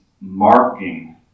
marking